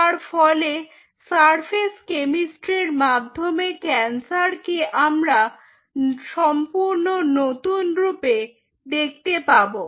যার ফলে সারফেস কেমিস্ট্রির মাধ্যমে ক্যান্সারকে আমরা সম্পূর্ণ নতুনরূপে দেখতে পাব